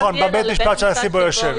נכון, זה בבית המשפט שבו הנשיא יושב.